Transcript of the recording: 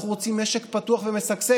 אנחנו רוצים משק פתוח ומשגשג,